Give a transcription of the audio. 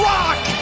Rock